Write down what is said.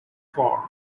four